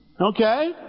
Okay